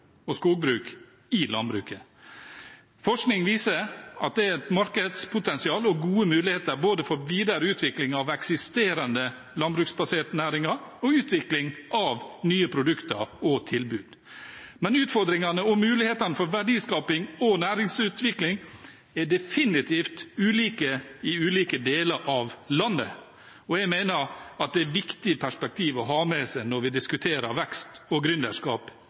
og skogbruk, i landbruket. Forskning viser at det er et markedspotensial og gode muligheter både for videre utvikling av eksisterende landbruksbaserte næringer og for utvikling av nye produkter og tilbud. Men utfordringene og mulighetene for verdiskaping og næringsutvikling er definitivt ulike i ulike deler av landet, og jeg mener det er et viktig perspektiv å ha med seg når vi diskuterer vekst og